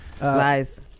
Lies